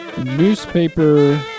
newspaper